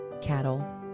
cattle